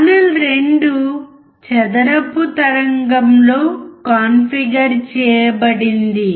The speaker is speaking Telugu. ఛానల్ 2 చదరపు తరంగంలో కాన్ఫిగర్ చేయబడింది